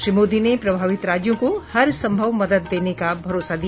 श्री मोदी ने प्रभावित राज्यों को हरसंभव मदद का भरोसा दिया